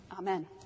Amen